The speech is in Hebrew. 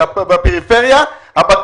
שבפריפריה,